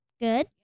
good